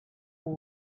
will